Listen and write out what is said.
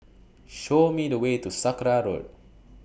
Show Me The Way to Sakra Road